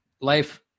life